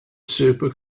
super